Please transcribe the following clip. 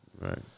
Right